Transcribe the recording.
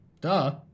duh